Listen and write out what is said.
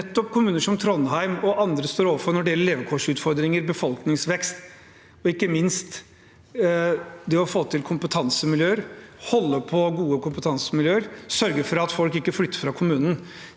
nettopp kommuner som Trondheim og andre står overfor når det gjelder levekårsutfordringer, befolkningsvekst og ikke minst det å få til kompetansemiljøer, å holde på gode kompetansemiljøer og sørge for at folk ikke flytter fra kommunen.